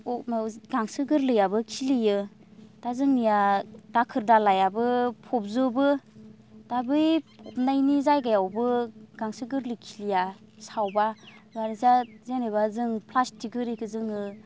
गांसो गोरलैयाबो खिलियो दा जोंनिया दाखोर दालायाबो फबजोबो दा बै फबनायनि जायगायावबो गांसो गोरलै खिलिया सावब्ला आरो जा जेनोबा जों प्लासटिक इरिखौ जोङो